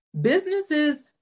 businesses